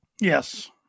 Yes